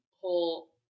whole